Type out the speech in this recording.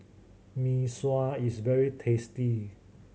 Mee Sua is very tasty